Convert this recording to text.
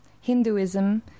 Hinduism